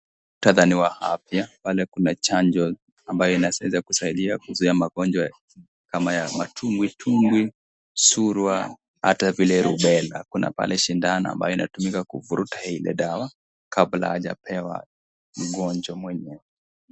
Mkutadha ni wa afya pale kuna chanjo ambayo inaweza kusaidia kuzuia magonjwa kama ya matumbwitumbwi, surua, hata vile rubela kuna pale sindano ambayo inatumika kuvuruta ile dawa kabla hajapewa mgonjwa mwenyewe.